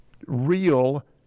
real